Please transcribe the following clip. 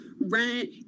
Rent